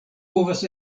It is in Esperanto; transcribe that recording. povas